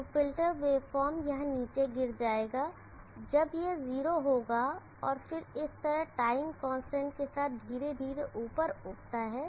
तो filter waveform यहाँ नीचे गिर जाएगा जब यह 0 होगा और फिर इस तरह टाइम कांस्टेंट के साथ धीरे धीरे ऊपर उठता है